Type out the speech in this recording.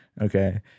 okay